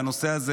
והנושא הזה,